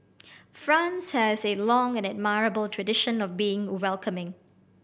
France has a long and admirable tradition of being welcoming